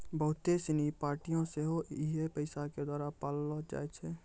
बहुते सिनी पार्टियां सेहो इहे पैसा के द्वारा पाललो जाय छै